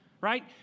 Right